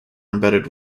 embedded